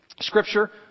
scripture